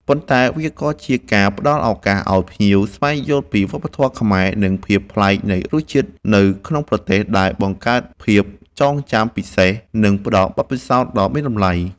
ប៉ុន្តែវាក៏ជាការផ្ដល់ឱកាសឲ្យភ្ញៀវស្វែងយល់ពីវប្បធម៌ខ្មែរ និងភាពប្លែកនៃរសជាតិនៅក្នុងប្រទេស ដែលបង្កើតភាពចងចាំពិសេស និងផ្ដល់បទពិសោធន៍ដ៏មានតម្លៃ។